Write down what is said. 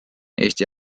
eesti